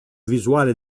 visuale